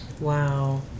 Wow